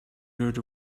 heard